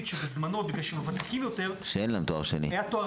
שבזמנו בגלל שהם ותיקים יותר יש להם תואר ראשון.